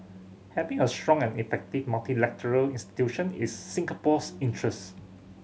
having a strong and effective multilateral institution is Singapore's interest